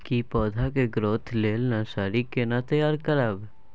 की पौधा के ग्रोथ लेल नर्सरी केना तैयार करब?